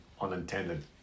unintended